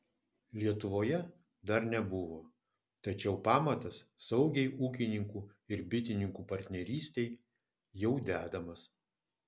lietuvoje dar nebuvo tačiau pamatas saugiai ūkininkų ir bitininkų partnerystei jau dedamas